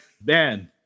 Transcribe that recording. Ben